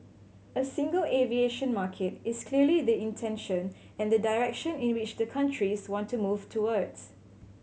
a single aviation market is clearly the intention and the direction in which the countries want to move towards